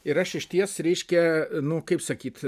ir aš išties reiškia nu kaip sakyt